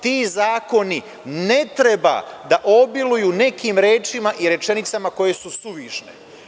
Ti zakoni ne treba da obiluju nekim rečima i rečenicama koje su suvišne.